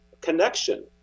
connection